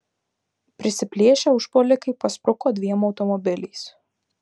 prisiplėšę užpuolikai paspruko dviem automobiliais